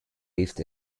lift